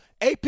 AP